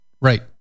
right